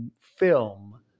film